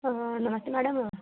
नमस्ते madam